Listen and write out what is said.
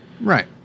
right